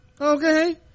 okay